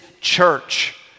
church